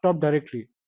directly